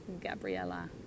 gabriella